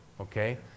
Okay